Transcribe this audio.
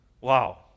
Wow